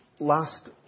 Last